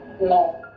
no